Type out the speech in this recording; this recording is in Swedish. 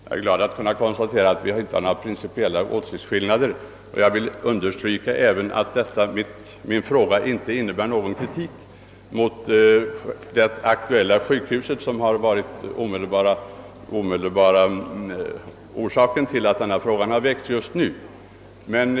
Herr talman! Jag är glad att kunna konstatera att här inte föreligger någon principiell åsiktsskillnad. Jag vill också understryka att min fråga inte innebär någon kritik mot det sjukhus, som varit den omedelbara anledningen till att denna fråga ställts just nu.